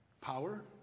Power